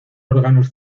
órganos